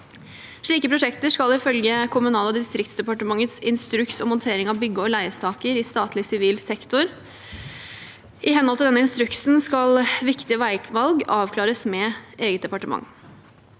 Slike prosjekter skal følge Kommunalog distriktsdepartementets «Instruks om håndtering av bygge- og leiesaker i statlig sivil sektor». I henhold til denne instruksen skal viktige veivalg avklares med eget departement.